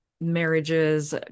marriages